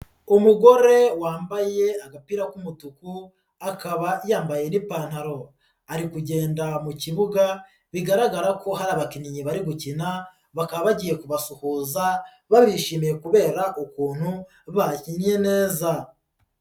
Umugore wambaye agapira k'umutuku akaba yambaye'pantaro, ari kugenda mu kibuga bigaragara ko hari abakinnyi bari gukina bakaba bagiye kubasuhuza, barabishimiye kubera ukuntu bakinnye neza.